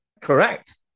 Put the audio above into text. correct